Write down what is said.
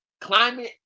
climate